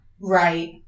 right